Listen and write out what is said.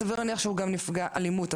סביר להניח שהוא גם נפגע אלימות,